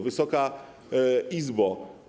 Wysoka Izbo!